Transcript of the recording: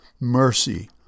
mercy